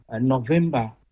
November